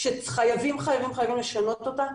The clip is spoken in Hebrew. שחייבים חייבים לשנות אותה.